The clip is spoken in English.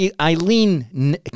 Eileen